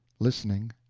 listening,